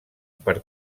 per